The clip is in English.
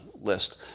list